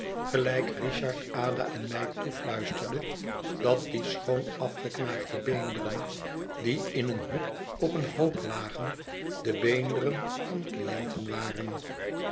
richard ada en mij toefluisterde dat die schoon afgeknaagde beenderen die in een hoek op een hoop lagen de beenderen van cliënten waren